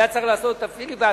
היה צריך לעשות את הפיליבסטר.